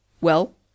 Well